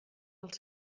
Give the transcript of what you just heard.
els